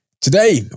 Today